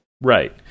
right